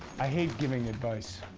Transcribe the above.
i hate giving advice.